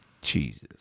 Jesus